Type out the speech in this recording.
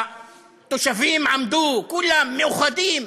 התושבים עמדו כולם מאוחדים,